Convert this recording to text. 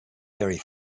very